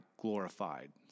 glorified